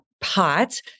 pot